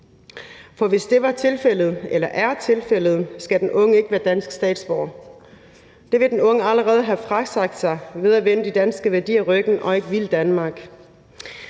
For hvis det er tilfældet, skal den unge ikke være dansk statsborger. Det vil den unge allerede have frasagt sig ved at vende de danske værdier ryggen og ikke ville Danmark.